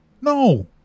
No